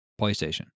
PlayStation